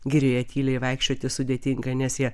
girioje tyliai vaikščioti sudėtinga nes jie